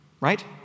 right